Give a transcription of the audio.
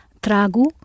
TRAGU